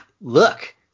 look